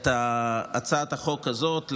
את הצעת החוק הזאת,